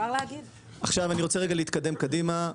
אני רוצה רגע להתקדם קדימה,